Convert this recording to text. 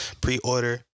Pre-order